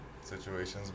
situations